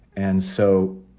and so